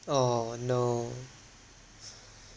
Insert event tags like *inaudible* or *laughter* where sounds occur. oh no *breath*